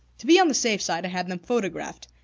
to be on the safe side i had them photographed,